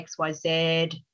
XYZ